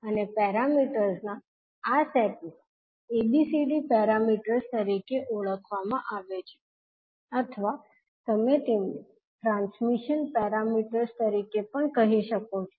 અને પેરામીટર્સ ના આ સેટને ABCD પેરામીટર્સ તરીકે ઓળખવામાં આવે છે અથવા તમે તેમને ટ્રાન્સમિશન પેરામીટર્સ તરીકે પણ કહી શકો છો